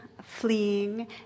fleeing